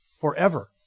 forever